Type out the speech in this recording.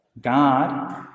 God